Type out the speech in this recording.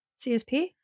CSP